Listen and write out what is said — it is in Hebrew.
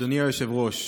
אדוני היושב-ראש,